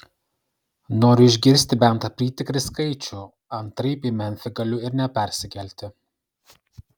noriu išgirsti bent apytikrį skaičių antraip į memfį galiu ir nepersikelti